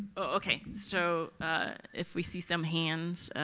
okay. so if we see some hands